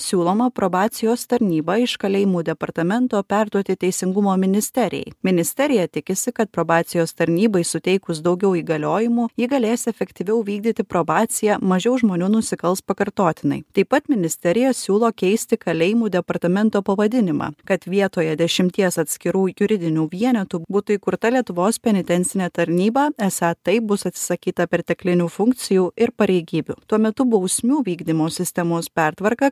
siūloma probacijos tarnybą iš kalėjimų departamento perduoti teisingumo ministerijai ministerija tikisi kad probacijos tarnybai suteikus daugiau įgaliojimų ji galės efektyviau vykdyti probaciją mažiau žmonių nusikals pakartotinai taip pat ministerija siūlo keisti kalėjimų departamento pavadinimą kad vietoje dešimties atskirų juridinių vienetų būtų įkurta lietuvos penitencinė tarnyba esą taip bus atsisakyta perteklinių funkcijų ir pareigybių tuo metu bausmių vykdymo sistemos pertvarką